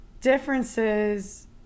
differences